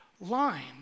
line